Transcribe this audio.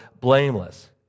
blameless